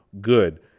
good